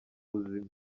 ubuzima